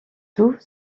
tout